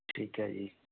ਠੀਕ ਐ ਜੀ